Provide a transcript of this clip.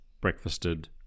breakfasted